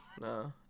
no